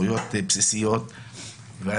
אני